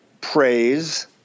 praise